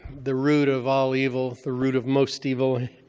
the root of all evil, the root of most evil